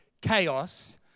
chaos